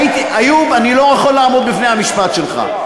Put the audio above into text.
איוב, אני לא יכול לעמוד בפני המשפט שלך.